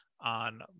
on